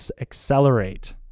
accelerate